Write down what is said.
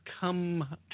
come